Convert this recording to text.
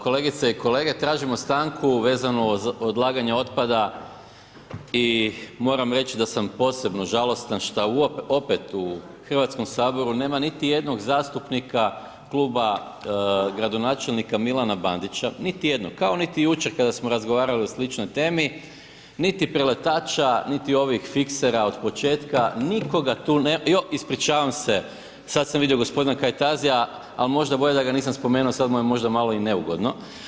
Kolegice i kolege, tražimo stanku vezano uz odlaganje otpada i moram reći da sam posebno žalostan što opet u HS nema niti jednog zastupnika kluba gradonačelnika Milana Bandića, niti jednog, kao niti jučer kada smo razgovarali o sličnoj temi, niti preletača, niti ovih fiksera od početka, nikoga tu nema, joj, ispričavam se, sad sam vidio g. Kajtazija, ali možda bolje da ga nisam spomenuo, sad mu je možda malo i neugodno.